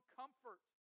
comfort